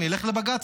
אני אלך לבג"ץ,